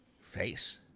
Face